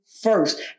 first